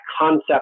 concept